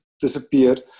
disappeared